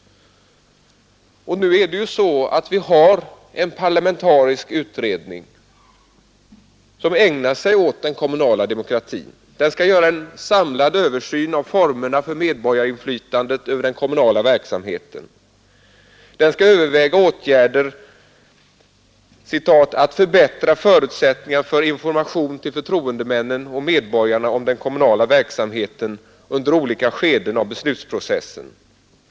Nu är det ju så att vi har en parlamentarisk utredning som ägnar sig åt frågan om den kommunala demokratin. Utredningen skall göra en samlad vallag, m.m. översyn av formerna för medborgarinflytandet över den kommunala verksamheten. Den skall överväga åtgärder ”att förbättra förutsättningarna för information till förtroendemännen och medborgarna om den kommunala verksamheten under olika skeden av beslutsprocessen”.